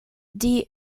die